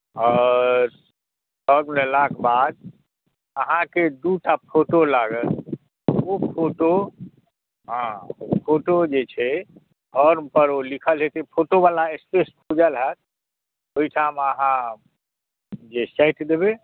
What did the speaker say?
आओर फॉर्म लेलाक बाद अहाँकेँ दूटा फोटो लागत ओ फोटो हँ ओ फोटो जे छै फॉर्मपर ओ लिखल हेतै ओ फोटोवला स्पेस बूझल हैत ओहिठाम अहाँ जे साटि देबै